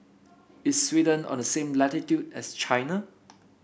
is Sweden on the same latitude as China